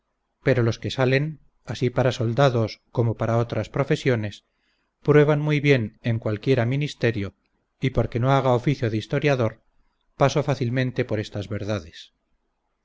pero los que salen así para soldados como para otras profesiones prueban muy bien en cualquiera ministerio y porque no haga oficio de historiador paso fácilmente por estas verdades